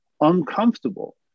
uncomfortable